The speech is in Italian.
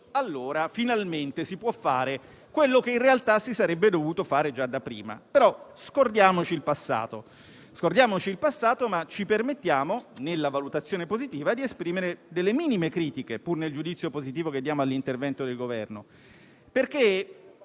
allora finalmente si può fare quello che in realtà si sarebbe dovuto fare già da prima, però scordiamoci il passato e ci permettiamo di esprimere minime critiche, pur nel giudizio positivo che diamo all'intervento del Governo; infatti